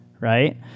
right